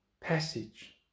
passage